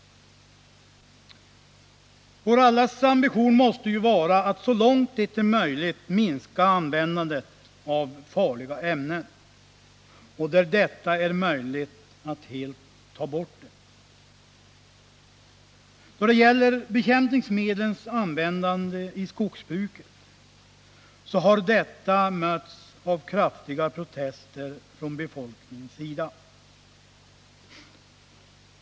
Vår ambition måste vara att så långt det är möjligt minska användandet av farliga ämnen och att, där detta är möjligt, helt ta bort dem. Bekämpningsmedlens användande i skogsbruket har mötts av kraftiga protester från befolkningen.